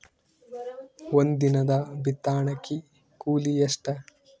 ಒಂದಿನದ ಬಿತ್ತಣಕಿ ಕೂಲಿ ಎಷ್ಟ?